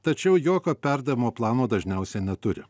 tačiau jokio perdavimo plano dažniausiai neturi